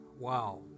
Wow